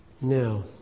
Now